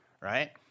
right